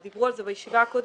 דיברו על זה בישיבה הקודמת,